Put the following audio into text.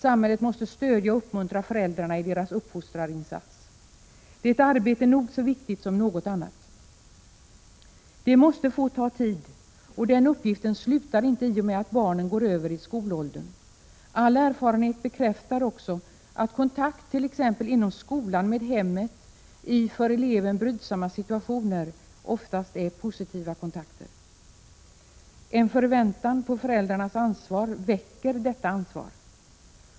Samhället måste stödja och uppmuntra föräldrarna i deras uppfostrarinsats. Det är ett arbete nog så viktigt som något annat. Det måste få ta tid, och uppgiften slutar inte i och med att barnen kommer i skolåldern. All erfarenhet bekräftar också att kontakter med hemmet från skolan i för eleven brydsamma situationer oftast är positiva kontakter. En förväntan på föräldrarnas ansvar väcker detta ansvar.